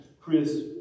Chris